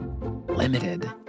limited